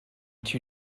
too